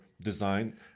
design